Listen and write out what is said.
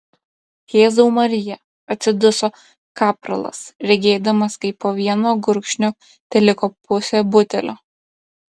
jėzau marija atsiduso kapralas regėdamas kaip po vieno gurkšnio teliko pusė butelio